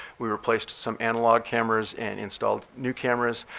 we replaced some analog cameras and installed new cameras,